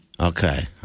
Okay